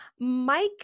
Mike